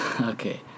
Okay